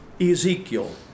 Ezekiel